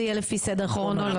זה יהיה לפי סדר כרונולוגי.